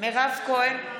מירב כהן,